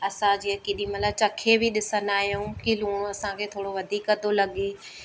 असां जीअं केॾीमहिल चखे बि ॾिसंदा आयूं की लूणु असांखे थोरो वधीक थो लॻे